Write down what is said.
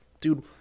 Dude